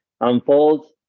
unfolds